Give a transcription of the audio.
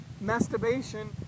masturbation